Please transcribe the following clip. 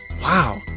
Wow